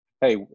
Hey